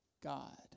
God